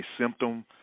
symptom